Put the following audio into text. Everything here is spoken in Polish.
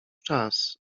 czas